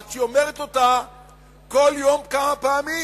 שהיא אומרת אותו כל יום כמה פעמים: